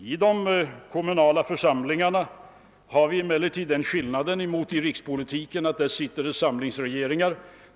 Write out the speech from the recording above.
I kommuner har man emellertid till skillnad från rikspolitiken samlingsregeringar.